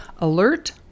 Alert